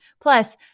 Plus